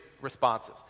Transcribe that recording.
responses